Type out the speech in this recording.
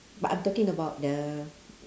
but I'm talking about the